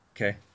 Okay